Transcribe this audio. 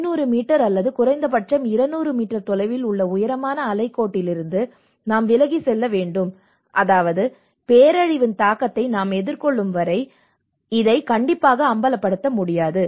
500 metre அல்லது குறைந்தபட்சம் 200 metre தொலைவில் உள்ள உயரமான அலைக் கோட்டிலிருந்து நாம் விலகிச் செல்ல வேண்டும் அதாவது பேரழிவின் தாக்கத்தை நாம் எதிர்கொள்ளும் வரை இதை கண்டிப்பாக அமல்படுத்த முடியாது